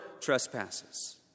trespasses